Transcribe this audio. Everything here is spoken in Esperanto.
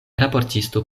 raportisto